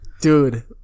Dude